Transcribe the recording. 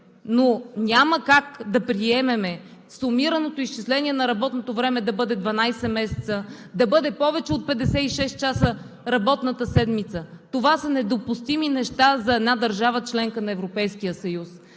но няма как да приемем сумираното изчисление на работното време да бъде 12 месеца, да бъде повече от 56 часа работната седмица. Това са недопустими неща за една държава – членка на Европейския съюз.